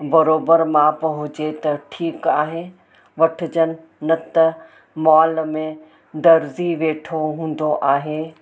बरोबरु माप हुजे त ठीकु आहे वठिजनि न त मॉल में दर्जी वेठो हूंदो आहे